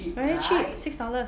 very cheap six dollars